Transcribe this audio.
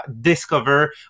discover